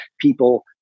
people